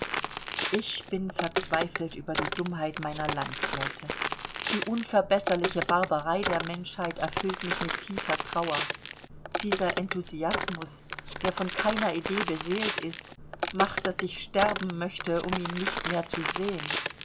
ich bin verzweifelt über die dummheit meiner landsleute die unverbesserliche barbarei der menschheit erfüllt mich mit tiefer trauer dieser enthusiasmus der von keiner idee beseelt ist macht daß ich sterben möchte um ihn nicht mehr zu sehen